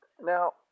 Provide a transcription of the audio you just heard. Now